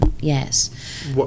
yes